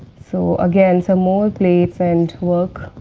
so, again some more plates and work.